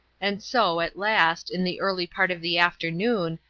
and so, at last, in the early part of the afternoon,